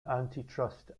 antitrust